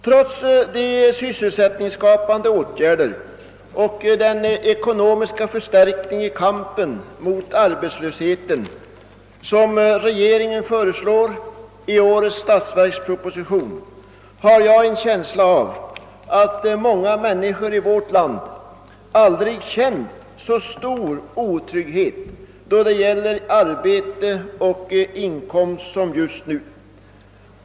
Trots de sysselsättningsskapande åtgärder och den ekonomiska förstärkning i kampen mot arbetslösheten som regeringen föreslår i årets statsverksproposition har jag en känsla av; att många människor i vårt land aldrig känt så stor otrygghet då det gäller arbete och inkomst som just nu.